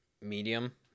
medium –